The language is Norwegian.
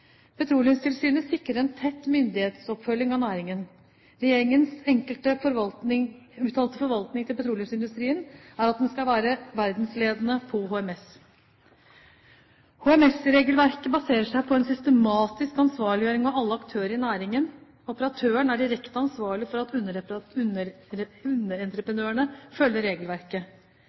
Petroleumstilsynet sikrer en tett myndighetsoppfølging av næringen. Regjeringens uttalte forventning til petroleumsindustriene er at den skal være verdensledende på HMS. HMS-regelverket baserer seg på en systematisk ansvarliggjøring av alle aktører i næringen. Operatøren er direkte ansvarlig for at underentreprenørene følger regelverket.